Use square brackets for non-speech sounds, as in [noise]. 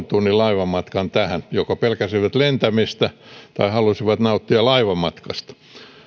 [unintelligible] tunnin laivamatkan tähän joko pelkäsivät lentämistä tai halusivat nauttia laivamatkasta